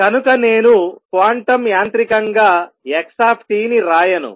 కనుక నేను క్వాంటం యాంత్రికంగా x ని రాయను